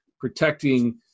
protecting